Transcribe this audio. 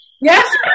Yes